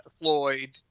Floyd